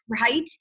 right